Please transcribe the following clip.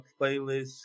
playlist